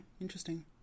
interesting